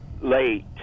late